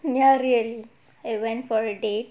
ya really I went for a date